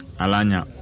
Alanya